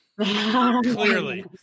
Clearly